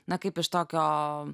na kaip iš tokio